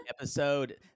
episode